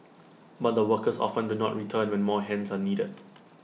but the workers often do not return when more hands are needed